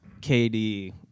KD